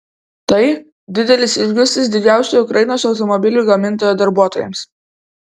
tai didelis išgąstis didžiausio ukrainos automobilių gamintojo darbuotojams